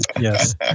yes